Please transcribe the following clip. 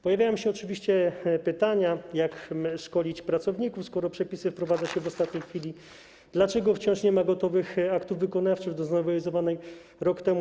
Pojawiają się oczywiście pytania, jak szkolić pracowników, skoro przepisy wprowadza się w ostatniej chwili, dlaczego wciąż nie ma gotowych aktów wykonawczych do znowelizowanej rok temu